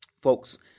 Folks